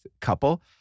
couple